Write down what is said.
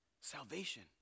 Salvation